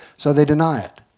so they deny it.